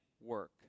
work